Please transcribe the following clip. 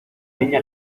niña